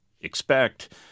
expect